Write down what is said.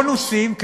בונוסים,